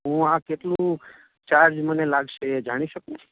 હું આ કેટલું ચાર્જ મને લાગશે એ જાણી શકું